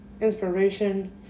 inspiration